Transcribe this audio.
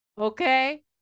Okay